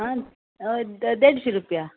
आ दे देडशी रुपया